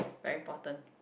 very important